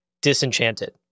disenchanted